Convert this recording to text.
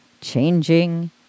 changing